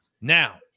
Now